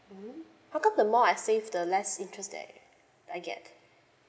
mm how come the more I save the less interest that I get